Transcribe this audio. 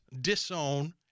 disown